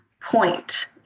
point